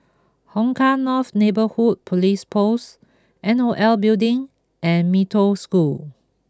Hong Kah North Neighbourhood Police Post N O L Building and Mee Toh School